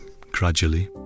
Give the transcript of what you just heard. gradually